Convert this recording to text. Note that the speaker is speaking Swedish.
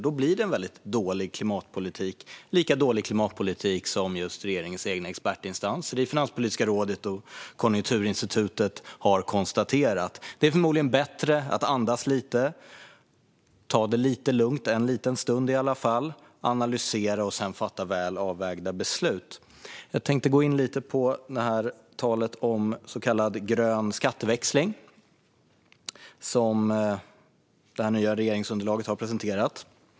Då blir det väldigt dålig klimatpolitik, som regeringens egna expertinstanser Finanspolitiska rådet och Konjunkturinstitutet har konstaterat. Det är förmodligen bättre att andas lite, ta det lite lugnt, i alla fall en stund, analysera och sedan fatta väl avvägda beslut. Jag tänkte gå in lite på så kallad grön skatteväxling, som det nya regeringsunderlaget har presenterat.